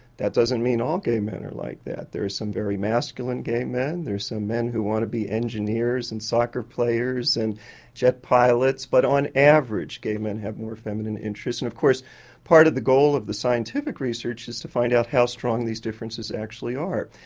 that doesn't mean all gay men are like that, there are some very masculine gay men, there's some so men who want to be engineers and soccer players and jet pilots. but on average gay men have more feminine interests and of course part of the goal of the scientific research is to find out how strong these differences actually are,